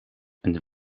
een